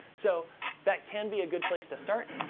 so that can be a good place to start,